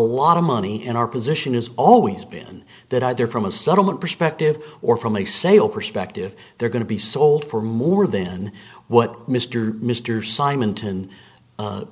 lot of money in our position has always been that either from a settlement perspective or from a sale perspective they're going to be sold for more than what mr mr simonton